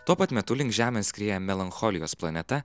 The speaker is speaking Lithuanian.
tuo pat metu link žemės skrieja melancholijos planeta